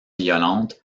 violentes